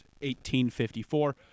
1854